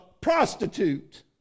prostitute